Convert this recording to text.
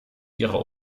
ihrer